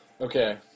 Okay